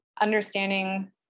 understanding